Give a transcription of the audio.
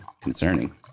concerning